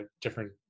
different